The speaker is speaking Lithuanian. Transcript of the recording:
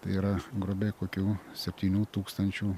tai yra grubiai kokių septynių tūkstančių